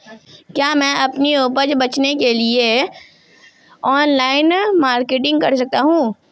क्या मैं अपनी उपज बेचने के लिए ऑनलाइन मार्केटिंग कर सकता हूँ?